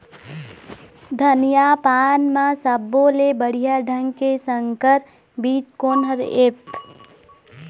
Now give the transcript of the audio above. धनिया पान म सब्बो ले बढ़िया ढंग के संकर बीज कोन हर ऐप?